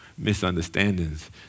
misunderstandings